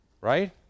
right